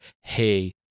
Hey